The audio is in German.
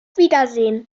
wiedersehen